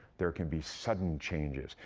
there can be sudden changes,